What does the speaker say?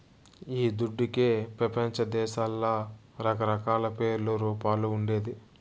ఈ దుడ్డుకే పెపంచదేశాల్ల రకరకాల పేర్లు, రూపాలు ఉండేది